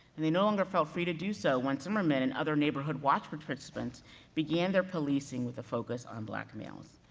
and they no longer felt free to do so, when zimmerman and other neighborhood watch participants began their policing with a focus on black males.